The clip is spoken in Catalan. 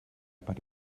per